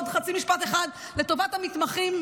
עוד חצי משפט אחד לטובת המתמחים.